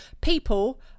people